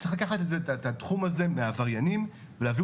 צריך לקחת את התחום הזה מהעבריינים ולהעביר